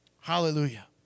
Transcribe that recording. Hallelujah